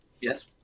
Yes